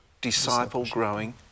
disciple-growing